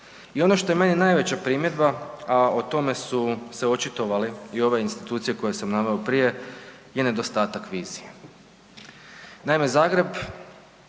I ono što je meni najveća primjedba, a o tome su se očitovale i ove institucije koje sam naveo prije i nedostatak vizije. Naime, Zagreb